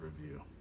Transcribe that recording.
review